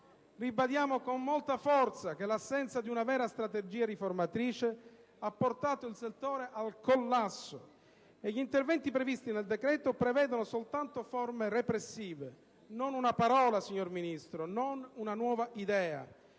Ribadiamo con forza che l'assenza di una vera strategia riformatrice ha portato il settore al collasso e gli interventi contenuti nel decreto prevedono soltanto forme repressive: non una parola, non una nuova idea,